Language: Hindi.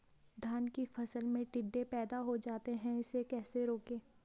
धान की फसल में टिड्डे पैदा हो जाते हैं इसे कैसे रोकें?